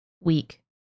week